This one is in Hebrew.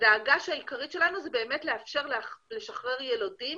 הדאגה העיקרית שלנו היא לאפשר לשחרר ילודים